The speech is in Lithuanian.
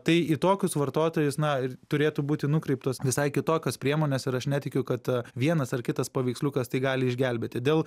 tai į tokius vartotojus na ir turėtų būti nukreiptos visai kitokios priemonės ir aš netikiu kad vienas ar kitas paveiksliukas tai gali išgelbėti dėl